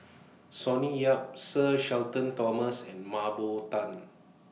Sonny Yap Sir Shenton Thomas and Mah Bow Tan